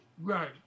Right